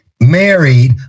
married